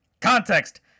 context